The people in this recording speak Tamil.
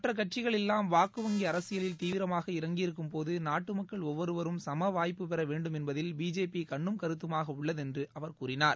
மற்ற கட்சிகள் எல்லாம் வாக்குவங்கி அரசியலில் தீவிரமாக இறங்கியிருக்கும் போது நாட்டு மக்கள் ஒவ்வொரு வரும் சமவாய்ப்பு பெற வேண்டும் என்பதில் பிஜேபி கண்ணும் கருத்துமாக உள்ளதென்று அவர் கூறினார்